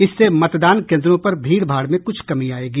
इससे मतदान केन्द्रों पर भीड़भाड़ में कुछ कमी आयेगी